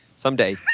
Someday